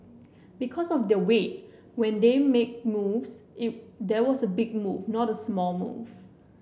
because of their weight when they make moves there was a big move not a small move